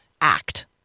act